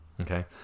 Okay